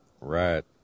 right